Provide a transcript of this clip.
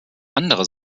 andere